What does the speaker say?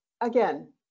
again